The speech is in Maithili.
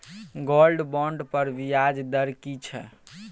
गोल्ड बोंड पर ब्याज दर की छै?